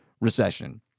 recession